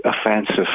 offensive